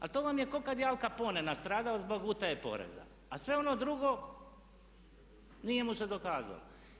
Ali to vam je kao kad je Al Capone nastradao zbog utaje poreza, a sve ono drugo nije mu se dokazalo.